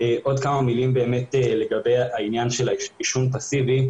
עוד כמה מילים לגבי העניין של העישון הפסיבי.